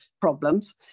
problems